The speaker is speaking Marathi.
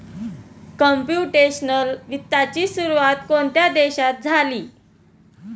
कंप्युटेशनल वित्ताची सुरुवात कोणत्या देशात झाली?